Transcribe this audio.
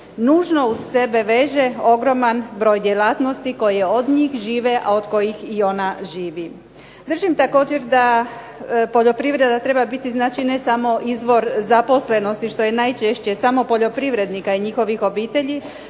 nužno uz sebe veže ogroman broj djelatnosti koji od njih žive, a od kojih i ona živi. Držim također da poljoprivreda treba biti znači ne samo izvor zaposlenosti što je najčešće samo poljoprivrednika i njihovih obitelji